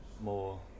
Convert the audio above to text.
more